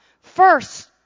first